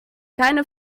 keine